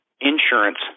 insurance